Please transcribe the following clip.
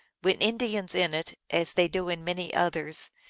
when indians in it, as they do in many others,